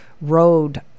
road